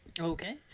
Okay